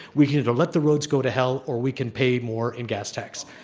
we can either let the roads go to hell, or we can pay more in gas tax.